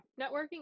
networking